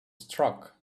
struck